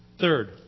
Third